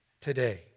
today